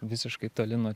visiškai toli nuo